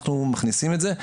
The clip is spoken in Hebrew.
אנחנו מכניסים את זה.